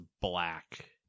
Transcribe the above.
black